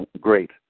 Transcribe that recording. great